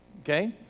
Okay